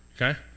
okay